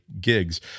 gigs